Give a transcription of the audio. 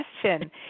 question